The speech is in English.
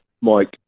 Mike